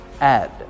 add